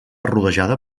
rodejada